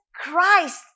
Christ